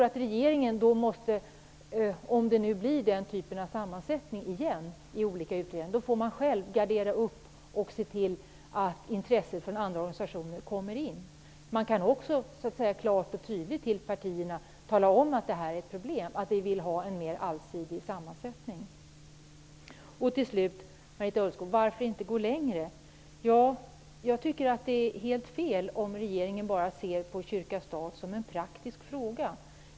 Men jag tror att om det blir den typen av sammansättning igen i olika utredningar så måste regeringen se till att intressen från andra organisationer kommer in. Man kan också klart och tydligt till partierna tala om att detta är ett problem och att man vill ha en mer allsidig sammansättning. Till slut, Marita Ulvskog, varför kan man inte gå längre? Jag tycker att det är helt fel om regeringen bara ser på relationerna mellan kyrkan och staten som en praktisk fråga.